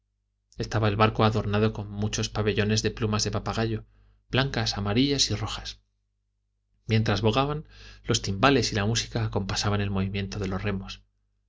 estaba el barco adornado con muchos pabellones de plumas de papagayo blancas amarillas y rojas mientras bogaban los timbales y la música acompasaban el movimiento de los remos en